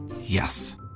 Yes